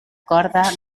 corda